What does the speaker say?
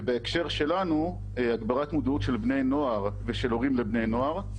ובהקשר שלנו הגברת מודעות של בני נוער ושל הורים לבני נוער.